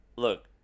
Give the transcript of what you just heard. Look